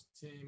team